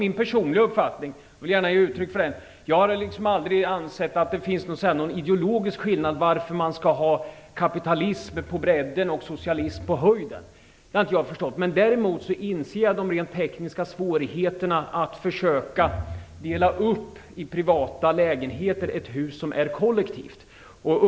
Min personliga uppfattning är - jag vill gärna ge uttryck för den - den att jag aldrig ansett att det finns någon ideologisk skillnad på kapitalism på bredden och socialism på höjden. Det har jag inte förstått. Däremot inser jag de rent tekniska svårigheterna att försöka dela upp ett hus som är kollektivt i privata lägenheter.